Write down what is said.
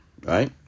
right